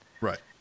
Right